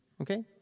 Okay